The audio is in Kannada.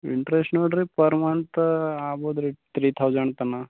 ಇಂಟ್ರೆಸ್ಟ್ ನೋಡಿರಿ ಪರ್ ಮಂತ್ ಆಗ್ಬೋದ್ ರೀ ತ್ರೀ ತೌಸಂಡ್ ತನ